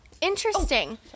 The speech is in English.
Interesting